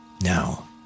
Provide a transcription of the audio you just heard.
Now